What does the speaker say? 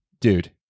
dude